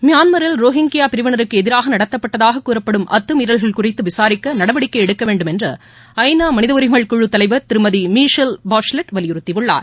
மியான்மரில் ரோஹிங்கியா பிரிவினருக்கு எதிராக நடத்தப்பட்டதாகக் கூறப்படும் அத்தமீறல்கள் குறித்து விசாரிக்க நடவடிக்கை எடுக்க வேண்டுமென்று ஐ நா மனித உரிமைகள் குழு தலைவா் திருமதி மீசெல் பாஷ்லெட் வலியுறுத்தியுள்ளார்